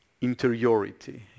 interiority